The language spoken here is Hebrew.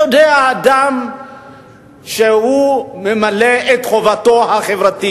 אתה יודע, אדם שממלא את חובתו החברתית,